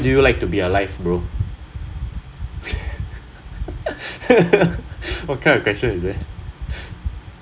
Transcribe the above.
why do you like to be alive bro what kind of question is this